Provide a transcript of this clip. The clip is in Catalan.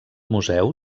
museu